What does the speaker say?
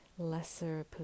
lesser